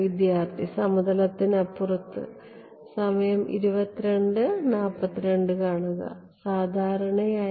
വിദ്യാർത്ഥി സമതലത്തിനുപുറത്ത് സാധാരണയായി